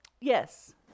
yes